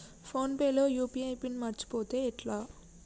Phone pay లో UPI pin మరచిపోతే ఎట్లా?